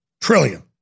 trillion